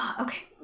Okay